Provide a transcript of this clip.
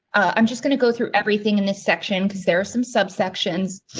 i'm just gonna go through everything in this section because there are some subsections.